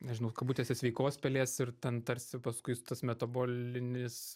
nežinau kabutėse sveikos pelės ir ten tarsi paskui tas metabolinis